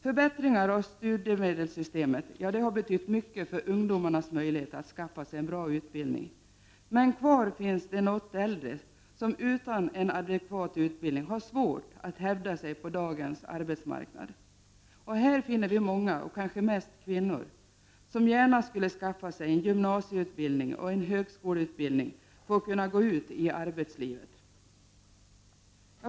Förbättringen av studiemedelssystemet har betytt mycket för ungdomens möjligheter att skaffa sig en bra utbildning, men kvar finns de något äldre som utan en adekvat utbildning har svårt att hävda sig på dagens arbetsmarknad. Här finner vi många — kanske mest kvinnor — som gärna skulle skaffa sig en gymnasieutbildning och en högskoleutbildning för att kunna gå ut i arbetslivet.